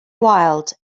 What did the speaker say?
wilde